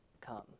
Come